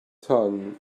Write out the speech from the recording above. tongue